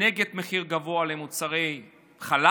נגד מחיר גבוה למוצרי חלב,